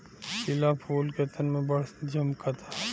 पिला फूल खेतन में बड़ झम्कता